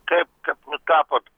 kaip kaip vat tapot